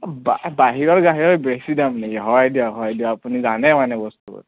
বাহিৰৰ গাহৰিৰ বেছি দাম নেকি হয় দিয়ক হয় দিয়ক আপুনি জানে মানে বস্তুবোৰ